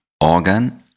organ